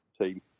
team